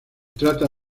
trata